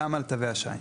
גם על תווי השי.